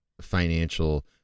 financial